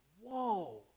Whoa